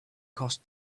cost